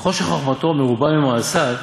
וכל שחוכמתו מרובה ממעשיו,